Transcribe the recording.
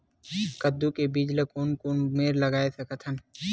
कददू के बीज ला कोन कोन मेर लगय सकथन?